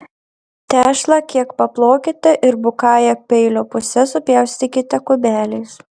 tešlą kiek paplokite ir bukąja peilio puse supjaustykite kubeliais